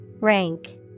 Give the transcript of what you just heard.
Rank